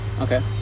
Okay